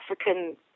African